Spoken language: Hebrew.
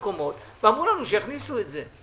אמרו לנו שיכניסו את זה.